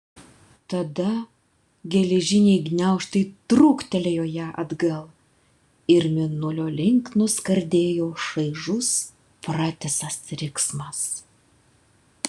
tada geležiniai gniaužtai trūktelėjo ją atgal ir mėnulio link nuskardėjo šaižus pratisas riksmas